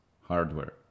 Hardware